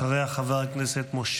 חברת הכנסת קטי קטרין שטרית,